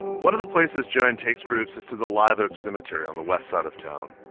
one of the places joanne takes groups is to the live oak cemetery on the west side of town.